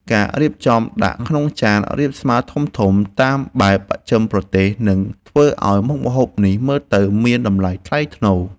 ការរៀបចំដាក់ក្នុងចានរាបស្មើធំៗតាមបែបបស្ចិមប្រទេសនឹងធ្វើឱ្យមុខម្ហូបនេះមើលទៅមានតម្លៃថ្លៃថ្នូរ។